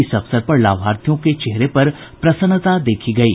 इस अवसर पर लाभार्थियों के चेहरे पर प्रसन्नता देखी गयी